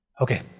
Okay